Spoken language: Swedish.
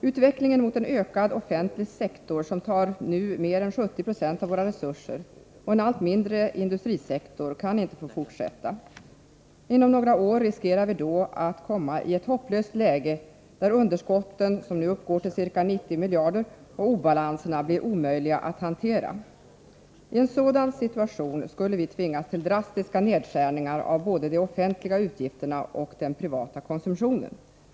Utvecklingen mot en ökad offentlig sektor, som nu tar i anspråk mer än 70 9o av våra resurser, och en allt mindre industrisektor kan inte få fortsätta. Inom några år riskerar vi att kommai ett hopplöst läge där underskotten, som nu uppgår till ca 90 miljarder kronor, och obalanserna blir omöjliga att hantera. I en sådan situation skulle vi tvingas till drastiska nedskärningar av både de offentliga utgifterna och den privata konsumtionen.